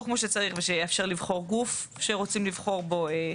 כמו שצריך ושיאפשר לבחור גוף שרוצים לבחור בו.